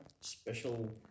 special